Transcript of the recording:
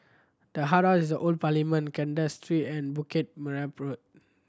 the is Old Parliament Kandahar Street and Bukit